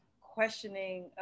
questioning